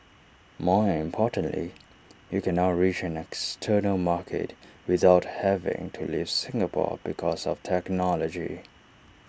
more importantly you can now reach an external market without having to leave Singapore because of technology